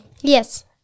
Yes